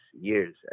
years